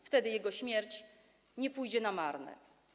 Wtedy jego śmierć nie pójdzie na marne.